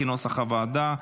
כנוסח הוועדה.